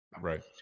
Right